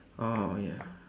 orh ya